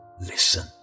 listen